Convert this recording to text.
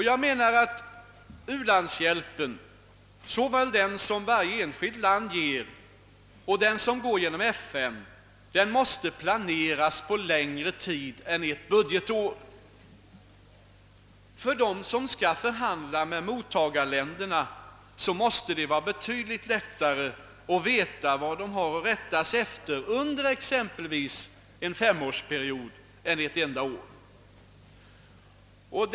:Jag menar att u-landshjälpen, såväl den som varje enskilt land lämnar som den som går genom FN, måste planeras på längre sikt än ett budgetår. För dem som skall förhandla med mottagarländerna måste det vara betydligt lättare att veta vad de har att rätta sig efter, om de känner till anslagets storlek under exempelvis en femårsperiod, än om de bara kan räkna med ett enda år.